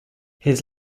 his